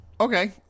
Okay